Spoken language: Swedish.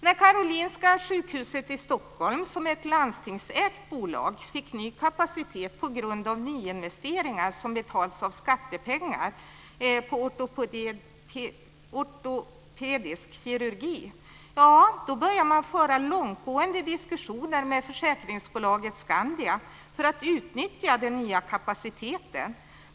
När Karolinska sjukhuset i Stockholm, som är ett landstingsägt bolag, fick ny kapacitet på grund av nyinvesteringar, som betalats av skattepengar, i ortopedisk kirurgi så började man föra långtgående diskussioner med försäkringsbolaget Skandia för att utnyttja den nya kapaciteten.